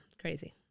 crazy